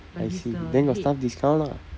I see then got staff discount lah